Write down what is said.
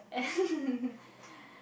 and